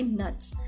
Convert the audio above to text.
nuts